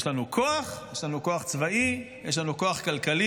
יש לנו כוח, יש לנו כוח צבאי, יש לנו כוח כלכלי,